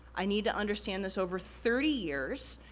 i need to understand this over thirty years.